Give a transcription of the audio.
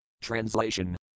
Translation